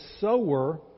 sower